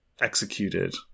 executed